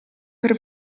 per